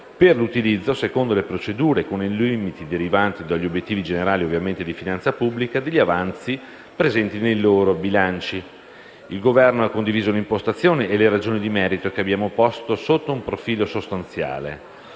per l'utilizzo - secondo le procedure e con i limiti derivanti dagli obiettivi generali di finanza pubblica - degli avanzi presenti nei loro bilanci». Il Governo ha condiviso l'impostazione e le ragioni di merito che abbiamo posto sotto un profilo sostanziale,